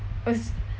first